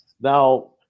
Now